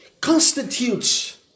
constitutes